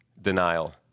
Denial